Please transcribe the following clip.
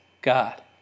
God